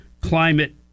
climate